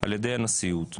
על-ידי הנשיאות,